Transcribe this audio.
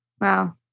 Wow